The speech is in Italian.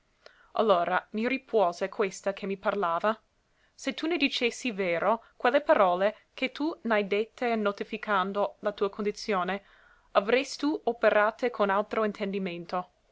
allora mi rispuose questa che mi parlava se tu ne dicessi vero quelle parole che tu n'hai dette in notificando la tua condizione avrestù operate con altro intendimento